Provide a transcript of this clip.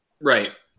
Right